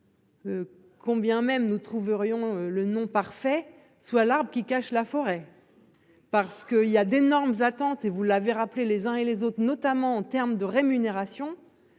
Combien même nous trouverions le nom parfait soit l'arbre qui cache la forêt. Parce que il y a d'énormes attentes. Et vous l'avez rappelé, les uns et les autres, notamment en terme de rémunération.